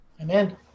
Amen